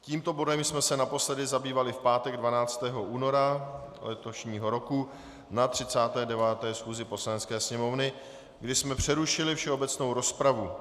Tímto bodem jsme se naposledy zabývali v pátek 12. února letošního roku na 39. schůzi Poslanecké sněmovny, kdy jsme přerušili všeobecnou rozpravu.